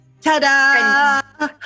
Ta-da